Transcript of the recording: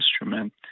instrument